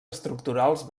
estructurals